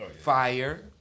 Fire